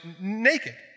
naked